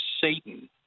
Satan